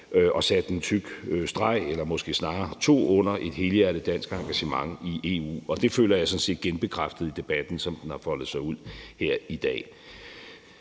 og sat en tyk streg – eller måske snarere to – under et helhjertet dansk engagement i EU, og det føler jeg sådan set er blevet genbekræftet i debatten, som den har foldet sig ud her i dag.